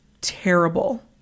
terrible